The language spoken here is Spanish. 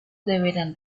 deberán